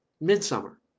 midsummer